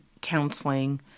counseling